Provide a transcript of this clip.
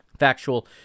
factual